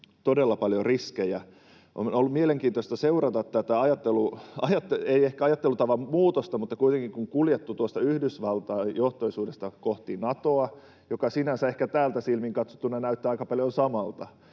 todella paljon riskejä. On ollut mielenkiintoista seurata tätä — ei ehkä ajattelutavan muutosta, mutta kuitenkin — kun on kuljettu tuosta Yhdysvaltain-johtoisuudesta kohti Natoa, mikä sinänsä ehkä täältä silmin katsottuna näyttää aika paljon samalta,